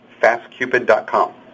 fastcupid.com